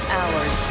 hours